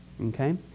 Okay